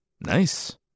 Nice